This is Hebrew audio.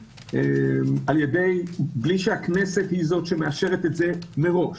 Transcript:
בלי שהכנסת היא זו שמאשרת זאת מראש.